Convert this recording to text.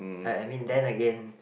I I mean then again